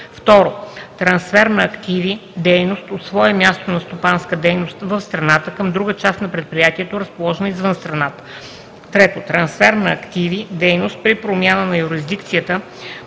2. трансфер на активи/дейност от свое място на стопанска дейност в страната към друга част на предприятието, разположена извън страната; 3. трансфер на активи/дейност при промяна на юрисдикцията,